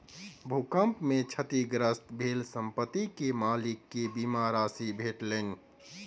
भूकंप में क्षतिग्रस्त भेल संपत्ति के मालिक के बीमा राशि भेटलैन